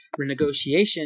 renegotiation